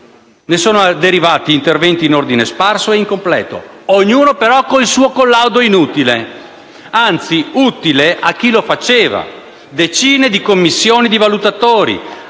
Ne sono derivati interventi in ordine sparso e incompleto, ognuno però con il suo collaudo inutile. Anzi, utile a chi lo faceva: decine di commissioni di valutatori,